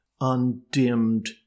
undimmed